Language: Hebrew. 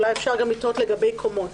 אולי אפשר לתלות לגבי קומות.